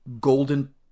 golden